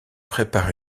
préparent